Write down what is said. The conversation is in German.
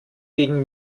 gegen